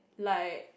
like